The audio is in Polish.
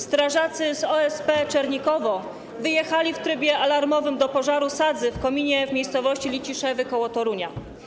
Strażacy z OSP Czernikowo wyjechali w trybie alarmowym do pożaru sadzy w kominie w miejscowości Liciszewy koło Torunia.